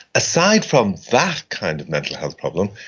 aside from that kind of mental health problem,